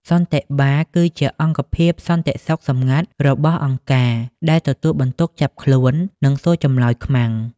សន្តិបាលគឺជាអង្គភាពសន្តិសុខសម្ងាត់របស់អង្គការដែលទទួលបន្ទុកចាប់ខ្លួន និងសួរចម្លើយ «ខ្មាំង»។